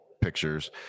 pictures